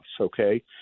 okay